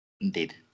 Indeed